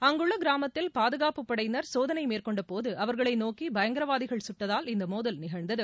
அங்குள்ள கிராமத்தில் பாதுகாப்பு படையினர் சோதனை மேற்கொண்ட போது அவர்களை நோக்கி பயங்கரவாதிகள் சுட்டதால் இந்த மோதல் நிகழ்ந்தது